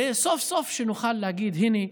וסוף-סוף נוכל להגיד: הינה,